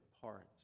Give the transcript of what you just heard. parts